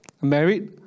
Married